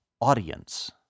audience